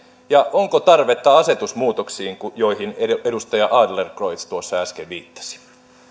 ja onko tarvetta asetusmuutoksiin joihin edustaja adlercreutz tuossa äsken viittasi